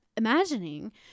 imagining